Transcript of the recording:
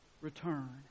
return